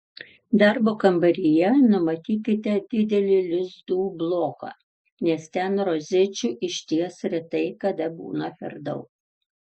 darbo kambaryje numatykite didelį lizdų bloką nes ten rozečių išties retai kada būna per daug